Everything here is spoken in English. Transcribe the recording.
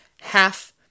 half